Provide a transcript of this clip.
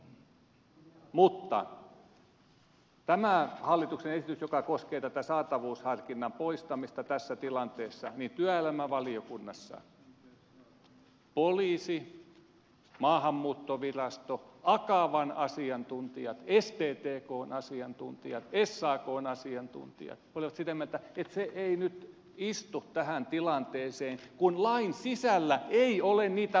mutta tästä hallituksen esityksestä joka koskee saatavuusharkinnan poistamista tässä tilanteessa työelämävaliokunnassa poliisi maahanmuuttovirasto akavan asiantuntijat sttkn asiantuntijat sakn asiantuntijat olivat sitä mieltä että se ei nyt istu tähän tilanteeseen kun lain sisällä ei ole niitä valvontaelementtejä mukana